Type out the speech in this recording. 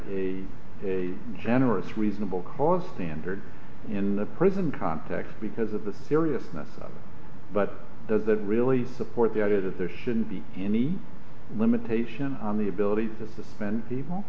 have a generous reasonable cause standard in the present context because of the seriousness but does that really support the idea that there shouldn't be any limitation on the ability to suspend people